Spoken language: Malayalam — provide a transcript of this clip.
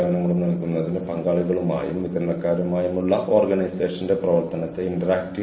ഞാൻ ഉദ്ദേശിക്കുന്നത് എനിക്ക് ഇവിടെ ഇരുന്ന് നിങ്ങളോട് സംസാരിക്കാൻ പരസ്പരം അറിയേണ്ടതുണ്ട്